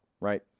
right